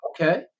Okay